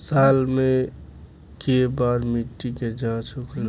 साल मे केए बार मिट्टी के जाँच होखेला?